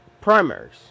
primaries